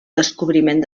descobriment